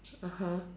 (uh huh)